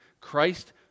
Christ